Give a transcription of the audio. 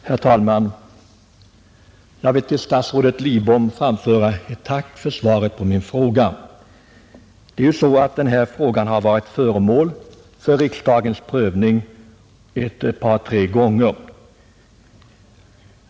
Herr talman! Jag vill till statsrådet Lidbom framföra ett tack för svaret på min fråga. Denna fråga har varit föremål för riksdagens prövning vid ett flertal tillfällen.